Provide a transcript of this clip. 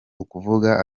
ukuvuga